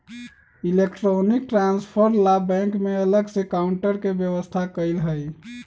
electronic transfer ला bank में अलग से काउंटर के व्यवस्था कएल हई